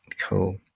cool